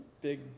Big